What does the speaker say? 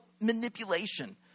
manipulation